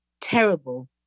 terrible